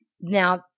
Now